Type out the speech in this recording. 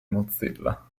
mozilla